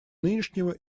нынешнего